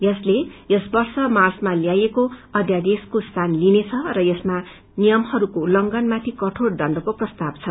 यसले यस वर्ष मार्चमा ल्याइएको अध्यादेशको स्थान लिनेछ र यसमा नियमहरूको उत्लंघनमाथि कठोर दण्डको प्रस्ताव छ